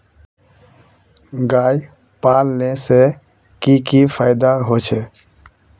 गाय पालने से की की फायदा होचे?